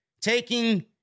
taking